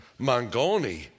Mangoni